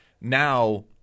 now –